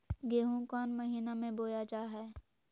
गेहूँ कौन महीना में बोया जा हाय?